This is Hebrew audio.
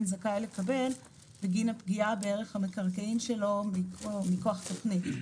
זכאי לקבל בגין הפגיעה בערך המקרקעין שלו מכוח תוכנית.